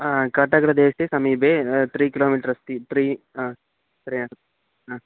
काटकरदेशे समीपे त्री kilometre अस्ति त्री